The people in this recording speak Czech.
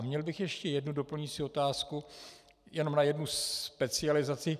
Měl bych ještě jednu doplňující otázku, jenom na jednu specializaci.